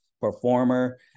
performer